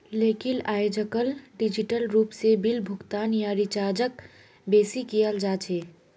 लेकिन आयेजकल डिजिटल रूप से बिल भुगतान या रीचार्जक बेसि कियाल जा छे